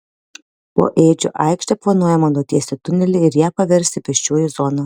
po ėdžių aikšte planuojama nutiesti tunelį ir ją paversti pėsčiųjų zona